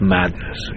madness